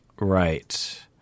Right